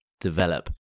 develop